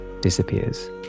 disappears